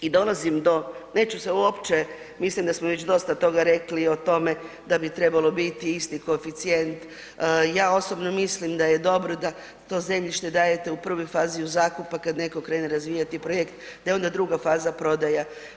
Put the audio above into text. I dolazim do, neću se uopće, mislim da smo već dosta toga rekli o tome da bi trebalo biti isti koeficijent, ja osobno mislim da je dobro da to zemljište dajete u prvoj fazi u zakup, pa kad netko krene razvijati projekt da je onda druga faza prodaja.